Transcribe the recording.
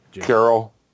Carol